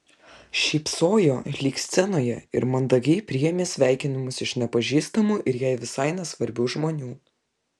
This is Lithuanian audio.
šypsojo lyg scenoje ir mandagiai priėmė sveikinimus iš nepažįstamų ir jai visai nesvarbių žmonių